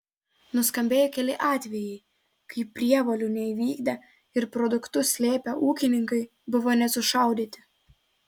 nuskambėjo keli atvejai kai prievolių neįvykdę ir produktus slėpę ūkininkai buvo net sušaudyti